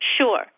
Sure